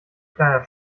kleiner